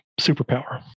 superpower